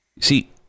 See